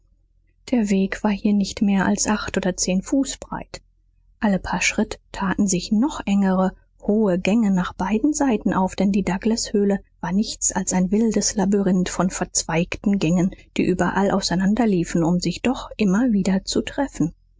der weg war hier nicht mehr als acht oder zehn fuß breit alle paar schritt taten sich noch engere hohe gänge nach beiden seiten auf denn die douglashöhle war nichts als ein wildes labyrinth von verzweigten gängen die überall auseinander liefen um sich doch immer wieder zu treffen